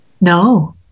No